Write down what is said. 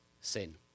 sin